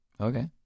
Okay